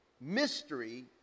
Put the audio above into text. mystery